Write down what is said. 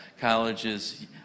Colleges